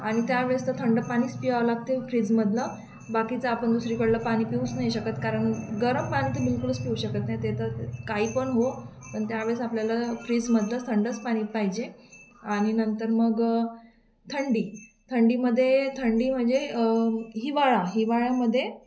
आणि त्यावेळेस तर थंड पाणीच प्यावं लागते फ्रीजमधलं बाकीचं आपण दुसरीकडलं पाणी पिऊच नाही शकत कारण गरम पाणी तर बिलकुलच पिऊ शकत नाही ते तर काही पण होवो पण त्यावेळेस आपल्याला फ्रीजमधलंच थंडच पाणी पाहिजे आणि नंतर मग थंडी थंडीमध्ये थंडी म्हणजे हिवाळा हिवाळ्यामध्ये